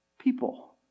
people